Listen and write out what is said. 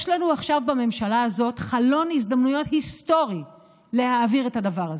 יש לנו עכשיו בממשלה הזאת חלון הזדמנויות היסטורי להעביר את הדבר הזה.